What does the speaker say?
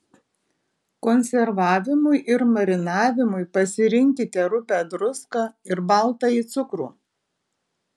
konservavimui ir marinavimui pasirinkite rupią druską ir baltąjį cukrų